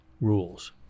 rules